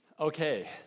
Okay